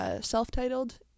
self-titled